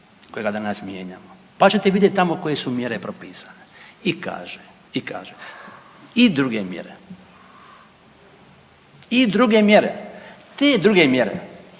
kojega danas mijenjamo, pa ćete vidjet tamo koje su mjere propisane i kaže i kaže, i druge mjere, i druge mjere. Te druge mjere